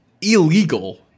illegal